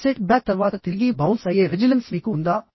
ఒక set back తర్వాత తిరిగి బౌన్స్ అయ్యే రెజిలెన్స్ మీకు ఉందా